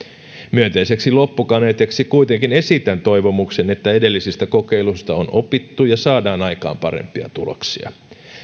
myönteiseksi loppukaneetiksi kuitenkin esitän toivomuksen että edellisistä kokeiluista on opittu ja saadaan aikaan parempia tuloksia